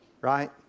Right